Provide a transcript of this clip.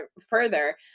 further